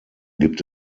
gibt